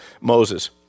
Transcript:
Moses